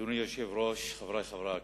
אדוני היושב-ראש, חברי חברי הכנסת,